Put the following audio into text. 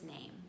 name